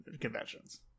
conventions